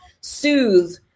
soothe